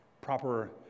proper